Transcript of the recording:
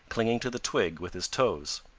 clinging to the twig with his toes.